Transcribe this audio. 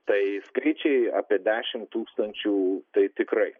tai skaičiai apie dešimt tūkstančių tai tikrai